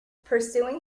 perusing